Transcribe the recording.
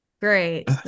great